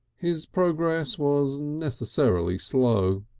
his progress was necessarily slow.